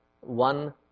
one